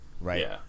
Right